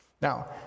Now